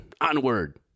onward